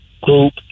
group